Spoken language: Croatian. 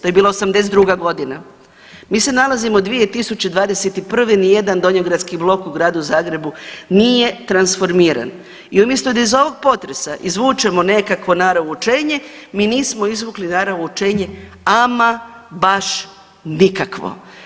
To je bila '82.g., mi se nalazimo u 2021., nijedan donjogradski blok u Gradu Zagrebu nije transformiran i umjesto da iz ovog potresa izvučemo nekakvo nara vučenje mi nismo izvukli nara vučenje ama baš nikakvo.